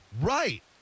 Right